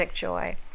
joy